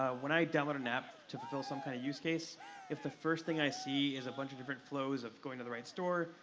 ah when i download an app to fill some kind of use case if the first thing i see is a bunch of different flows of going to the right store,